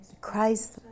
Christ